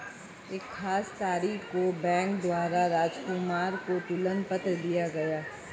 एक खास तारीख को बैंक द्वारा राजकुमार को तुलन पत्र दिया गया